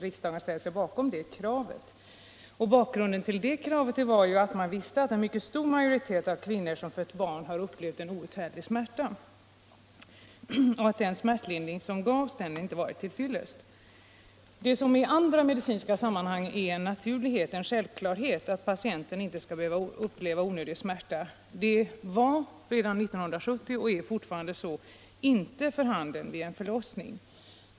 Riksdagen ställde sig bakom det kravet, som grundade sig på att man visste att en mycket stor majoritet av kvinnor som fött barn har upplevt en outhärdlig smärta och att den smärtlindring som gavs inte varit till fyllest. Det som i andra medicinska sammanhang är en självklarhet — att patienten inte skall behöva uppleva onödig smärta — var 1970 inte självklart vid en förlossning och är det ännu inte.